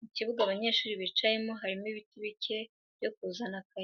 Mu kibuga abanyeshuri bicayemo, harimo ibiti bike byo kuzana akayaga.